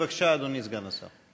בבקשה, אדוני סגן השר.